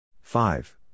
five